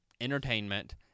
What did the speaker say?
entertainment